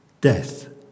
death